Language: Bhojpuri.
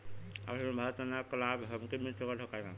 आयुष्मान भारत योजना क लाभ हमके मिल सकत ह कि ना?